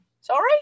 sorry